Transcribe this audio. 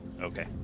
Okay